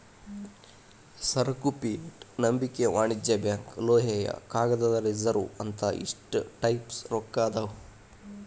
ಸರಕು ಫಿಯೆಟ್ ನಂಬಿಕೆಯ ವಾಣಿಜ್ಯ ಬ್ಯಾಂಕ್ ಲೋಹೇಯ ಕಾಗದದ ರಿಸರ್ವ್ ಅಂತ ಇಷ್ಟ ಟೈಪ್ಸ್ ರೊಕ್ಕಾ ಅದಾವ್